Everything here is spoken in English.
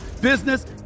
business